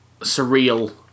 surreal